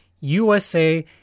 USA